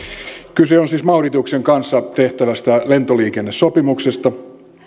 kyse on siis mauritiuksen kanssa tehtävästä lentoliikennesopimuksesta